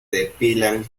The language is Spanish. depilan